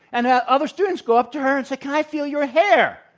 and ah other students go up to her and say, can i feel your hair?